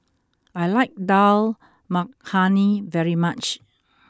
I like Dal Makhani very much